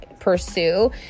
pursue